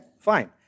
fine